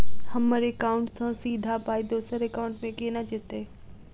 हम्मर एकाउन्ट सँ सीधा पाई दोसर एकाउंट मे केना जेतय?